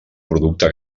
producte